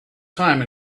time